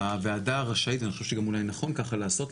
הוועדה רשאית ואני חושב שגם אולי נכון ככה לעשות,